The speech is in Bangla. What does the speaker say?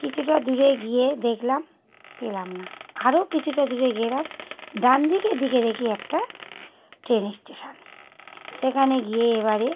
কিছুটা দূরে গিয়ে দেখলাম পেলাম না আরও কিছুটা দূরে গেলাম ডানদিকের দিকে দেখি একটা ট্রেন স্টেশন সেখানে গিয়ে এবারে